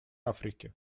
африки